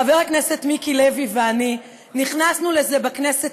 חבר הכנסת מיקי לוי ואני נכנסנו לזה בכנסת